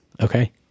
Okay